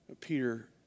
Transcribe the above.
Peter